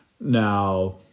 Now